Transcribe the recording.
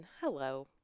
Hello